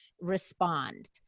respond